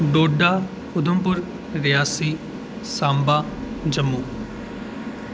Doda Udhampur Reasi Samba Jammu